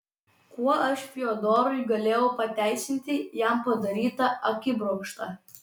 kuo aš fiodorui galėjau pateisinti jam padarytą akibrokštą